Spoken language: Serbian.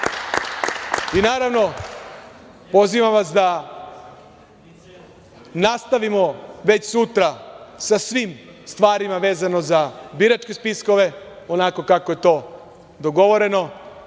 naravno, pozivam vas da nastavimo već sutra sa svim stvarima vezano za biračke spiskove, onako kako je to dogovoreno,